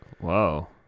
Whoa